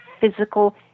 physical